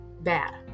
bad